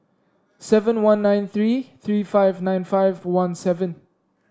seven one nine three three five nine five one seven